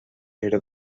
era